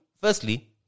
firstly